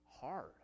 hard